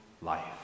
life